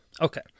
Okay